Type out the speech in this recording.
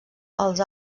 als